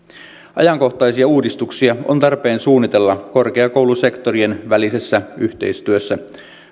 ajankohtaisia uudistuksia on tarpeen suunnitella korkeakoulusektorien välisessä yhteistyössä